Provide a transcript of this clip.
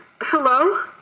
Hello